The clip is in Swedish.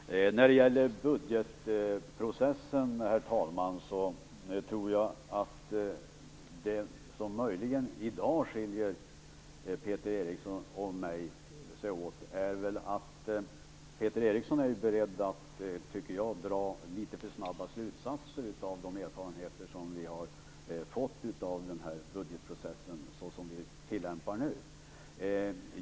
Herr talman! När det gäller budgetprocessen tror jag att det som i dag möjligen skiljer Peter Eriksson och mig åt är att han är beredd att dra litet för snabba slutsatser av de erfarenheter som vi har fått av den budgetprocess som vi nu tillämpar.